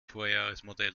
vorjahresmodell